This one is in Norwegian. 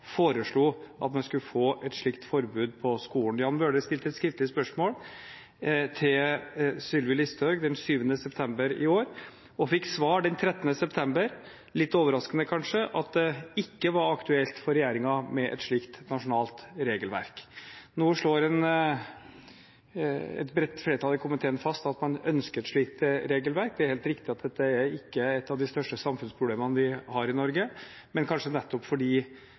foreslo at vi skulle få et slikt forbud i skolen. Representanten Jan Bøhler stilte et skriftlig spørsmål til Sylvi Listhaug den 7. september i år og fikk svar den 13. september. Det var litt overraskende, kanskje, at det ikke var aktuelt for regjeringen med et slikt nasjonalt regelverk. Nå slår et bredt flertall i komiteen fast at man ønsker et slikt regelverk. Det er helt riktig at dette ikke er det største samfunnsproblemet vi har i Norge, men kanskje nettopp fordi